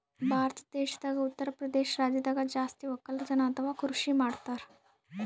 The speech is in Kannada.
ಭಾರತ್ ದೇಶದಾಗ್ ಉತ್ತರಪ್ರದೇಶ್ ರಾಜ್ಯದಾಗ್ ಜಾಸ್ತಿ ವಕ್ಕಲತನ್ ಅಥವಾ ಕೃಷಿ ಮಾಡ್ತರ್